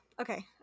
okay